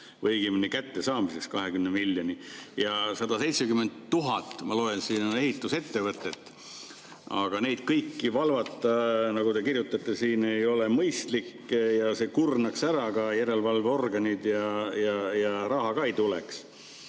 miljoni kättesaamiseks. 170 000, ma loen siin, on ehitusettevõtteid. Aga neid kõiki valvata, nagu te kirjutate siin, ei ole mõistlik, see kurnaks ära järelevalveorganid ja raha ka ei tuleks.